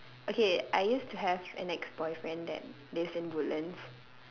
okay I used to have an ex boyfriend that lives in woodlands